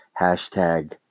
hashtag